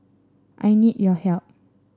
I need your help